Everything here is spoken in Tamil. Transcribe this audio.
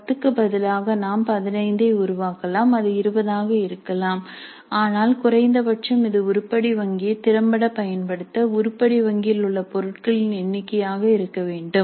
10 க்கு பதிலாக நாம் 15 ஐ உருவாக்கலாம் அது 20 ஆக இருக்கலாம் ஆனால் குறைந்தபட்சம் இது உருப்படி வங்கியை திறம்பட பயன்படுத்த உருப்படி வங்கியில் உள்ள பொருட்களின் எண்ணிக்கையாக இருக்க வேண்டும்